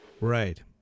Right